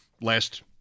last